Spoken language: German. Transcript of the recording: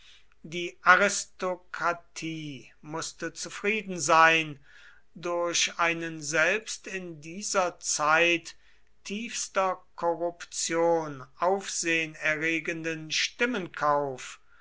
die aristokratie mußte zufrieden sein durch einen selbst in dieser zeit tiefster korruption aufsehen